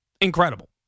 Incredible